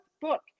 book